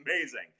amazing